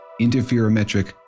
Interferometric